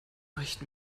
recht